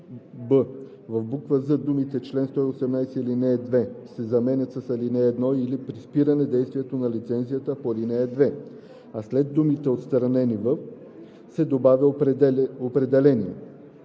в буква „з“ думите „чл. 118, ал. 2“ се заменят с „ал. 1 или при спиране действието на лицензията по ал. 2“, а след думите „отстранени в“ се добавя „определения“.